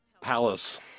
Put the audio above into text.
Palace